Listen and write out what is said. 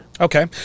Okay